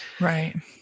Right